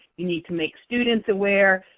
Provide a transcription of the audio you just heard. you need to make students aware,